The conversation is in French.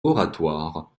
oratoires